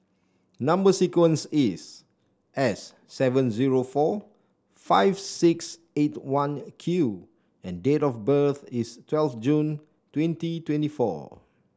number sequence is S seven zero four five six eight one Q and date of birth is twelfth June twenty twenty four